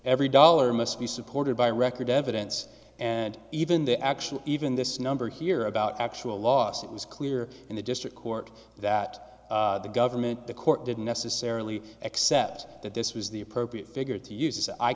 every dollar must be supported by record evidence and even the actual even this number here about actual loss it was clear in the district court that the government the court didn't necessarily accept that this was the appropriate figure to use